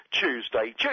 Tuesday